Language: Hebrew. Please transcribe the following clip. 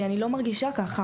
כי אני לא מרגישה ככה.